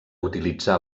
utilitzà